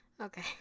Okay